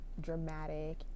dramatic